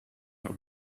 her